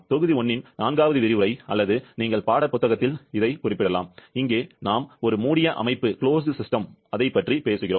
தொகுதி 1 இன் நான்காவது விரிவுரை அல்லது நீங்கள் பாடப்புத்தகத்தைக் குறிப்பிடலாம் இங்கே நாம் ஒரு மூடிய அமைப்பு பற்றி பேசுகிறோம்